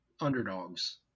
underdogs